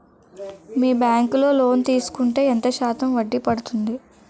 మీ bank లో loan తీసుకుంటే ఎంత శాతం వడ్డీ పడ్తుంది?